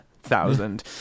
thousand